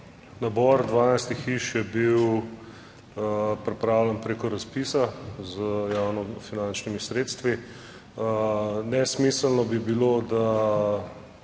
Nabor 12 hiš je bil pripravljen preko razpisa z javnofinančnimi sredstvi. Nesmiselno bi bilo, da